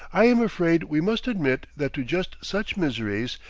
i am afraid we must admit that to just such miseries,